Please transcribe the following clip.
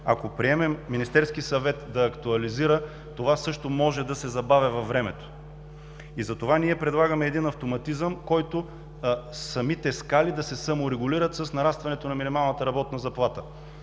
ако приемем Министерският съвет да актуализира, също може да се забавя във времето. Затова ние предлагаме един автоматизъм – самите скали да се саморегулират с нарастването на минималната работна заплата.